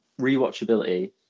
rewatchability